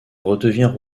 redevient